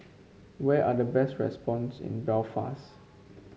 where are the best restaurants in Belfast